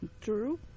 true